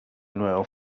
nuevo